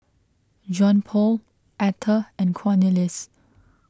Johnpaul Atha and Cornelius